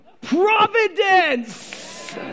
Providence